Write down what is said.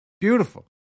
Beautiful